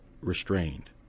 restrained